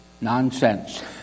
Nonsense